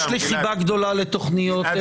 יש לי חיבה גדולה לתוכניות ילדים.